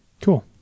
cool